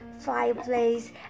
fireplace